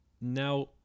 Now